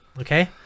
Okay